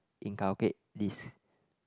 inculcate this